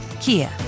Kia